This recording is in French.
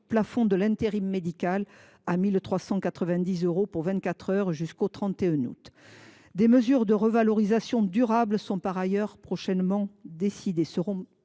plafond de l’intérim médical à 1 390 euros pour vingt quatre heures jusqu’au 31 août. Des mesures de revalorisation durable seront prochainement décidées.